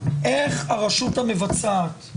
איך הרשות המבצעת,